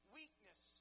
weakness